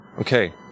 Okay